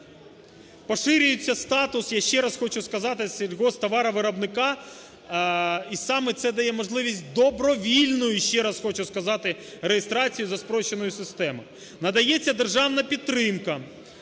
поширюється статус, я ще раз хочу сказати, сільгосптоваровиробника, і саме це дає можливість добровільної, ще раз хочу сказати, реєстрації за спрощеною системою. Надається державна підтримка.